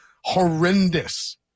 horrendous